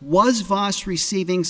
was vos receiving